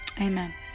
amen